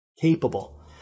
capable